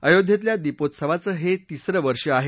अयोध्येतल्या दीपोत्सवाचं हे तिसरं वर्ष आहे